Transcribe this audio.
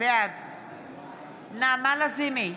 בעד נעמה לזימי,